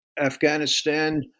Afghanistan